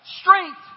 strength